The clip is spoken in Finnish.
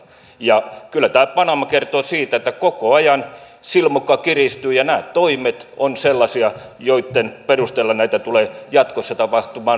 kyllä tämä panama kertoo siitä että koko ajan silmukka kiristyy ja nämä toimet ovat sellaisia joitten perusteella näitä tulee jatkossa tapahtumaan vielä enemmän